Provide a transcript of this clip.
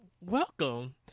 welcome